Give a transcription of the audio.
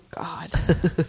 God